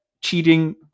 cheating